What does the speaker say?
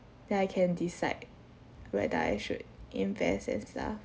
then I can decide whether I should invest as lah